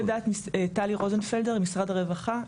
טלי רוזנפלדר, משרד הרווחה.